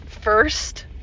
first